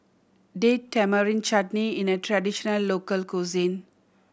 Date Tamarind Chutney is a traditional local cuisine